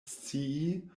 scii